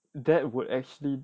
that would actually